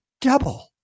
double